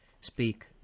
speak